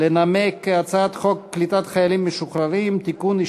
לנמק את הצעת חוק קליטת חיילים משוחררים (תיקון,